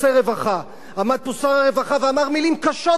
עמד פה שר הרווחה ואמר מלים קשות ביותר על המצב.